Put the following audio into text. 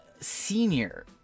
senior